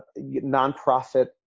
nonprofit